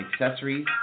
accessories